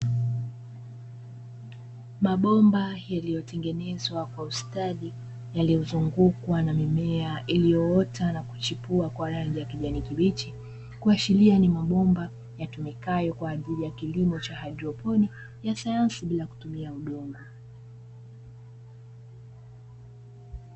Mabomba yaliyotengenezwa kwa ustadi, yaliyozungukwa na mimea iliyoota na kuchipua kwa rangi ya kijani kibichi, kuashiria ni mabomba yatumikayo kwa ajili ya kilimo cha haidroponi ya sayansi bila kutumia udongo.